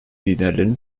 liderlerin